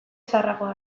zaharragoa